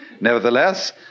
Nevertheless